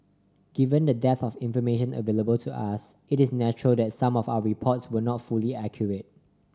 given the dearth of information available to us it is natural that some of our reports were not fully accurate